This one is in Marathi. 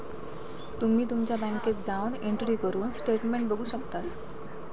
तुम्ही तुमच्या बँकेत जाऊन एंट्री करून स्टेटमेंट बघू शकतास